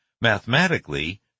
Mathematically